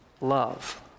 love